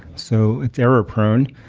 so it's error-prone,